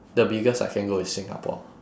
the biggest I can go is singapore